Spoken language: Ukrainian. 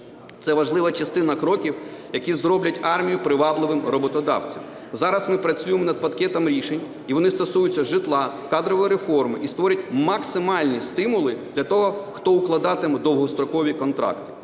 це важлива частина кроків, які зроблять армію привабливим роботодавцем. Зараз ми працюємо над пакетом рішень, і вони стосуються житла, кадрової реформи і створять максимальні стимули для того, хто укладатиме довгострокові контракти.